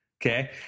Okay